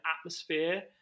atmosphere